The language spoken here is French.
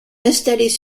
installés